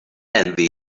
envy